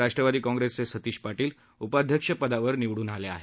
राष्ट्रवादी काँग्रेसचे सतीश पाटील उपाध्यक्षपदी निवडून झाली आहेत